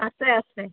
আছে আছে